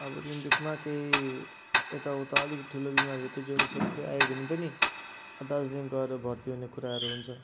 अब रिम्बिकमा केही यता उता अलिकत ठुलो बिमारहरू केही ज्वरो सोरो आयो भने पनि दार्जिलिङ गएर भर्ती हुने कुराहरू हुन्छ